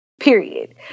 Period